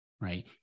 right